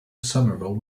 somerville